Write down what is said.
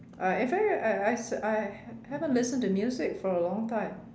uh in fact I I I haven't listened to music for a long time